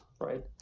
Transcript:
right